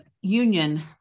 Union